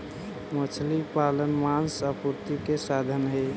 मछली पालन मांस आपूर्ति के साधन हई